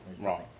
Right